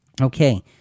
Okay